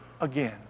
again